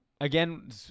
again